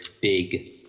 big